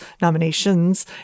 nominations